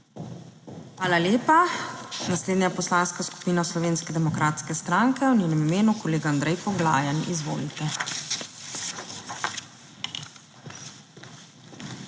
Hvala lepa. Naslednja je Poslanska skupina Slovenske demokratske stranke, v njenem imenu kolega Andrej Poglajen. Izvolite.